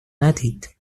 ندید